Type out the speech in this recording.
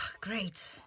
Great